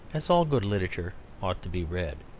as all good literature ought to be read.